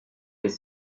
les